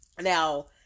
Now